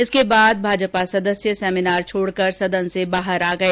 इसके बाद भाजपा सदस्य सेमिनार छोड़ सदन से बाहर आ गए